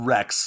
Rex